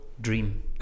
dream